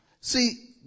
See